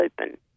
open